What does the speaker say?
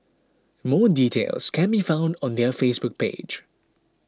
more details can be found on their Facebook page